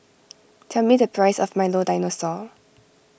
tell me the price of Milo Dinosaur